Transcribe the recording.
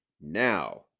now